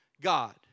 God